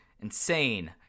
insane